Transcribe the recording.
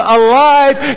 alive